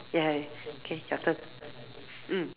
ya okay your turn mm